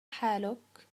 حالك